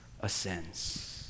ascends